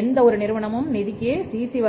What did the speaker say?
எந்தவொரு நிறுவனமும் நிதிக்கு சிசி